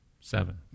Seven